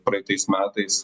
praeitais metais